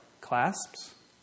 clasps